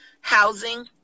housing